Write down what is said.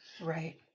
Right